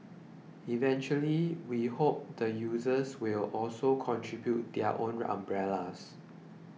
eventually we hope the users will also contribute their own umbrellas